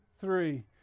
three